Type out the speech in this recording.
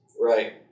Right